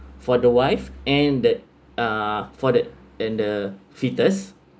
for the wife and the uh for the and the fetus